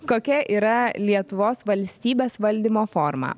kokia yra lietuvos valstybės valdymo forma